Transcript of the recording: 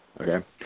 Okay